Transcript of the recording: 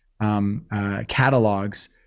catalogs